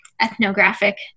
ethnographic